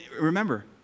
remember